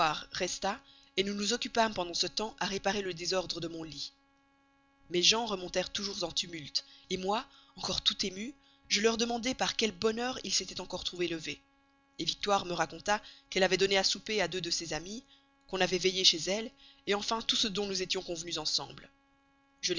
resta nous nous occupâmes pendant ce temps à réparer le désordre de mon lit mes gens remontèrent toujours en tumulte moi encore tout émue je leur demandai par quel bonheur ils s'étaient encore trouvés levés victoire me raconta qu'elle avait donné à souper à deux de ses amies qu'on avait veillé chez elle enfin tout ce dont nous étions convenues etc